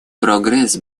прогресс